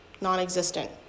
Non-existent